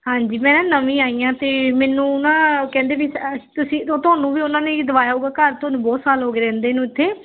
ਹਾਂਜੀ ਮੈਂ ਨਵੀਂ ਆਈ ਹਾਂ ਅਤੇ ਮੈਨੂੰ ਨਾ ਕਹਿੰਦੇ ਵੀ ਅ ਤੁਸੀਂ ਤੁਹਾਨੂੰ ਵੀ ਉਹਨਾਂ ਨੇ ਹੀ ਦਵਾਇਆ ਹੋਵੇਗਾ ਘਰ ਤੁਹਾਨੂੰ ਬਹੁਤ ਸਾਲ ਹੋ ਗਏ ਰਹਿੰਦੇ ਨੂੰ ਇੱਥੇ